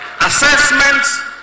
Assessments